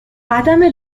قدم